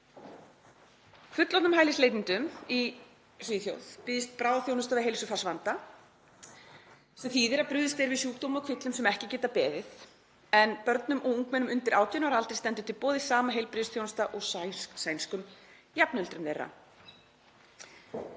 Fullorðnum hælisleitendum í Svíþjóð býðst bráðaþjónusta við heilsufarsvanda sem þýðir að brugðist er við sjúkdómum og kvillum sem ekki geta beðið en börnum og ungmennum undir 18 ára aldri stendur til boða sama heilbrigðisþjónusta og sænskum jafnöldrum þeirra.